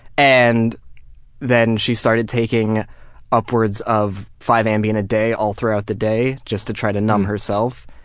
and then she started taking upwards of five ambiens a day, all throughout the day, just to try to numb herself.